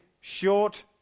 short